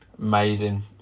Amazing